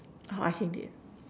oh I hate it